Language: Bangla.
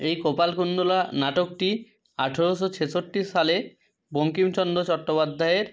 এই কপালকুণ্ডলা নাটকটি আঠেরোশো ছেষট্টি সালে বঙ্কিমচন্দ চট্টোপাধ্যায়ের